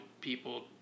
people